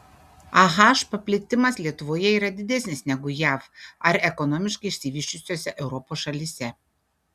ah paplitimas lietuvoje yra didesnis negu jav ar ekonomiškai išsivysčiusiose europos šalyse